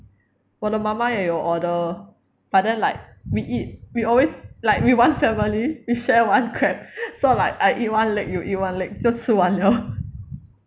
我的妈妈也有 order but then like we eat we always like we one family we share one crab so like I eat one leg you eat one leg 就吃完 liao